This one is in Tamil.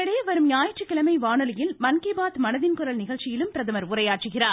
இதனிடையே வரும் ஞாயிற்றுக்கிழமை வானொலியில் மன் கி பாத் மனதின் குரல் நிகழ்ச்சியிலும் பிரதமர் உரையாற்றுகிறார்